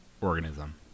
organism